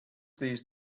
these